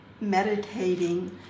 meditating